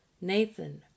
Nathan